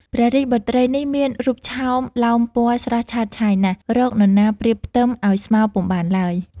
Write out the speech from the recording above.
ព្រះរាជបុត្រីនេះមានរូបឆោមលោមពណ៌ស្រស់ឆើតឆាយណាស់ រកនរណាប្រៀបផ្ទឹមឲ្យស្មើពុំបានឡើយ។